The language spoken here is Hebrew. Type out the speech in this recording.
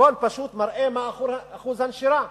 חשבון פשוט מראה מה אחוז הנשירה.